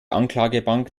anklagebank